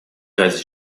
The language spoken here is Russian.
ради